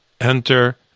enter